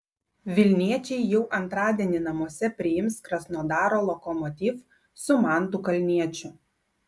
vilniečiai jau antradienį namuose priims krasnodaro lokomotiv su mantu kalniečiu